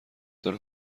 داره